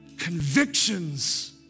convictions